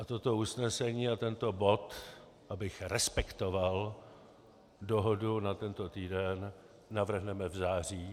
Toto usnesení a tento bod, abych respektoval dohodu na tento týden, navrhneme v září.